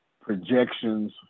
projections